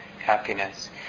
happiness